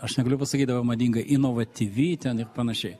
aš negaliu pasakyt dabar madinga inovatyvi ten ir panašiai